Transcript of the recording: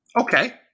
Okay